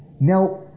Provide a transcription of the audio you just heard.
Now